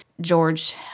George